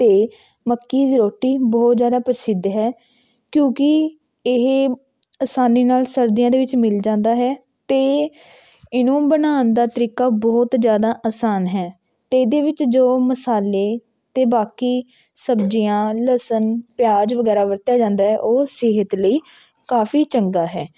ਅਤੇ ਮੱਕੀ ਦੀ ਰੋਟੀ ਬਹੁਤ ਜ਼ਿਆਦਾ ਪ੍ਰਸਿੱਧ ਹੈ ਕਿਉਂਕਿ ਇਹ ਆਸਾਨੀ ਨਾਲ ਸਰਦੀਆਂ ਦੇ ਵਿੱਚ ਮਿਲ ਜਾਂਦਾ ਹੈ ਅਤੇ ਇਹਨੂੰ ਬਣਾਉਣ ਦਾ ਤਰੀਕਾ ਬਹੁਤ ਜ਼ਿਆਦਾ ਆਸਾਨ ਹੈ ਅਤੇ ਇਹਦੇ ਵਿੱਚ ਜੋ ਮਸਾਲੇ 'ਤੇ ਬਾਕੀ ਸਬਜ਼ੀਆਂ ਲਸਣ ਪਿਆਜ ਵਗੈਰਾ ਵਰਤਿਆ ਜਾਂਦਾ ਹੈ ਉਹ ਸਿਹਤ ਲਈ ਕਾਫੀ ਚੰਗਾ ਹੈ